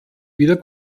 wieder